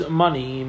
money